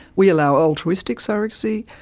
we allow altruistic surrogacy.